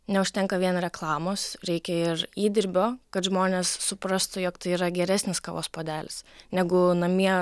neužtenka vien reklamos reikia ir įdirbio kad žmonės suprastų jog tai yra geresnis kavos puodelis negu namie